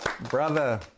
Brother